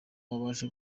wabasha